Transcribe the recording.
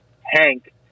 Hank